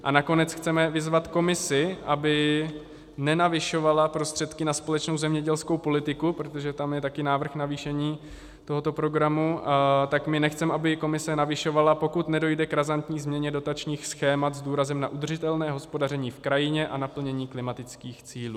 A nakonec chceme vyzvat Komisi, aby nenavyšovala prostředky na společnou zemědělskou politiku, protože tam je také návrh k navýšení tohoto programu, tak my nechceme, aby Komise navyšovala, pokud nedojde k razantní změně dotačních schémat s důrazem na udržitelné hospodaření v krajině a naplnění klimatických cílů.